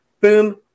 Boom